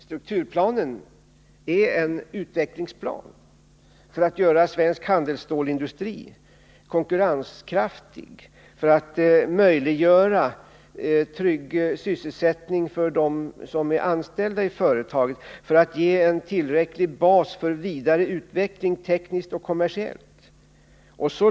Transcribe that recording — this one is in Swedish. Strukturplanen är en utvecklingsplan — för att göra svensk handelsstålsindustri konkurrenskraftig, för att möjliggöra trygg sysselsättning för dem som är anställda i företaget, för att ge en tillräcklig bas för vidare teknisk och kommersiell utveckling.